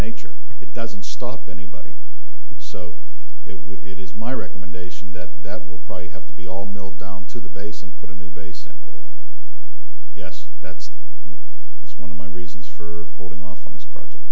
nature it doesn't stop anybody so it is my recommendation that that will probably have to be all milled down to the base and put a new base in yes that's that's one of my reasons for holding off on this project